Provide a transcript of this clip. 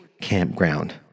campground